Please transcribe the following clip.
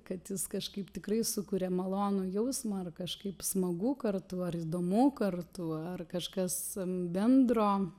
kad jis kažkaip tikrai sukuria malonų jausmą ar kažkaip smagu kartu ar įdomu kartu ar kažkas bendro